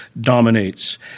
dominates